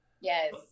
Yes